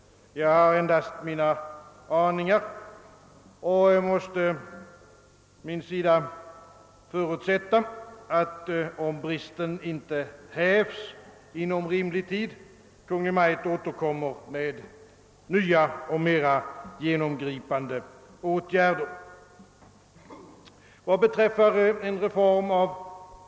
Jag har endast mina aningar och måste, såvida bristen inte häves inom rimlig tid, förutsätta att Kungl. Maj:t återkommer med nya och mer genomgripande åtgärder.